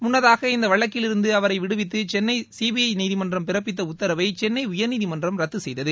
முன்னதாக இந்த வழக்கிலிருந்து அவரை விடுவித்து சென்னை சி பி ஐ நீதிமன்றம் பிறப்பித்த உத்தரவை சென்னை உயர்நீதிமன்றம் ரத்து செய்தது